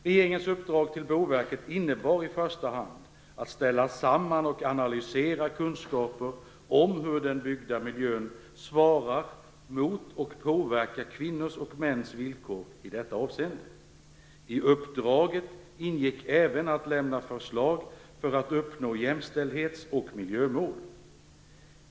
Regeringens uppdrag till Boverket innebar i första hand att man skulle ställa samman och analysera kunskaper om hur den byggda miljön svarar mot och påverkar kvinnors och mäns villkor i detta avseende. I uppdraget ingick även att man skulle lämna förslag för att uppnå jämställdhets och miljömål.